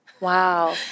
Wow